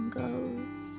goes